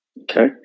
Okay